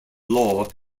law